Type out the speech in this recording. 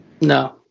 No